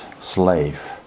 slave